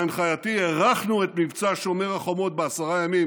בהנחייתי, הארכנו את מבצע שומר החומות בעשרה ימים